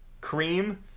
cream